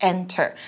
Enter